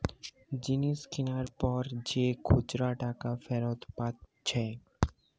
জিনিস কিনার পর যে খুচরা টাকা ফিরত পাচ্ছে